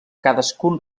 cadascun